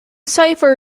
cipher